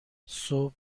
صبح